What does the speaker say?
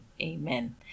amen